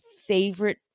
favorite